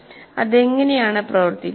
അതെങ്ങനെയാണ് പ്രവർത്തിക്കുന്നത്